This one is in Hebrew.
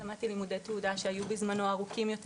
למדתי לימודי תעודה שהיו בזמנו ארוכים יותר